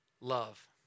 love